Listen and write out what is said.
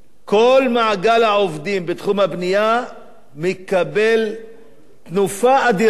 כל מעגל העובדים בתחום הבנייה מקבל תנופה אדירה.